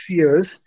years